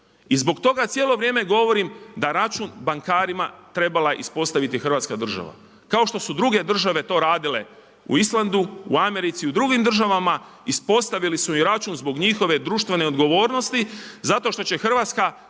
i zbog toga cijelo vrijeme govorim da je račun bankarima trebala ispostaviti Hrvatska država kao što su druge države to radile u Islandu, u Americi i u drugim državama, ispostavili su im račun zbog njihove društvene odgovornosti zato što će Hrvatska